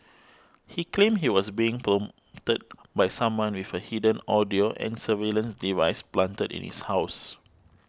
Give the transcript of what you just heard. he claimed he was being prompted by someone with a hidden audio and surveillance device planted in his house